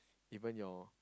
even your